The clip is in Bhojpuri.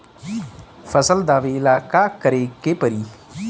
फसल दावेला का करे के परी?